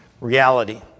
reality